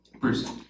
Bruce